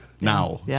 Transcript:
now